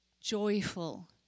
joyful